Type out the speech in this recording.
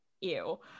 ew